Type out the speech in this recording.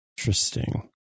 Interesting